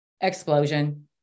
explosion